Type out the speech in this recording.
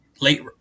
late